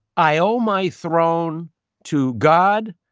i owe my throne to god,